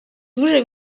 дуже